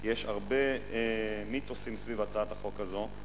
יש הרבה מיתוסים סביב הצעת החוק הזאת: